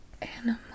Animal